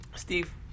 Steve